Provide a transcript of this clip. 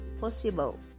possible